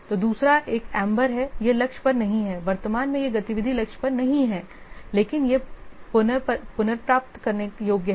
तो दूसरा एक एम्बर है यह लक्ष्य पर नहीं है वर्तमान में यह गतिविधि लक्ष्य पर नहीं है लेकिन यह पुनर्प्राप्त करने योग्य है